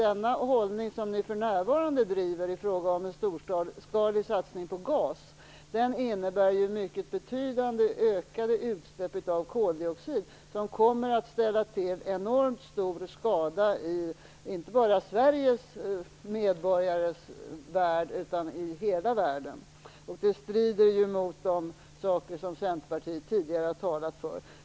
Den hållning som Centerpartiet för närvarande intar i fråga om en storskalig satsning på gas, innebär ju en mycket betydande ökning av utsläppen av koldioxid, som kommer att ställa till enormt stor skada inte bara i Sverige utan i hela världen. Det strider ju mot det som Centerpartiet tidigare har talat för.